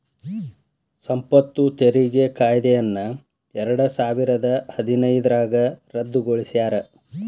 ಸಂಪತ್ತು ತೆರಿಗೆ ಕಾಯ್ದೆಯನ್ನ ಎರಡಸಾವಿರದ ಹದಿನೈದ್ರಾಗ ರದ್ದುಗೊಳಿಸ್ಯಾರ